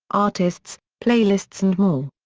artists, playlists and more.